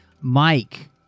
Mike